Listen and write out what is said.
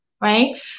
right